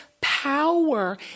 power